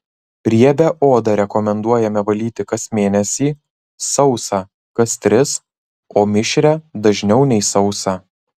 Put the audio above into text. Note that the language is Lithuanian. riebią odą rekomenduojame valyti kas mėnesį sausą kas tris o mišrią dažniau nei sausą